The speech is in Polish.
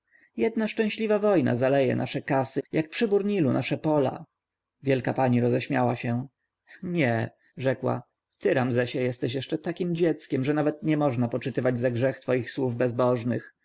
jedna szczęśliwa wojna zaleje nasze kasy jak przybór nilu nasze pola wielka pani roześmiała się nie rzekła ty ramzesie jesteś jeszcze takiem dzieckiem że nawet nie można poczytywać za grzech twoich słów bezbożnych